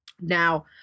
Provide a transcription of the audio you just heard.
Now